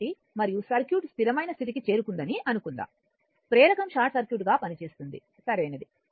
కాబట్టి మరియు సర్క్యూట్ స్థిరమైన స్థితికి చేరుకుందని అనుకుందాం ప్రేరకం షార్ట్ సర్క్యూట్ గా పనిచేస్తుంది సరైనది